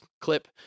clip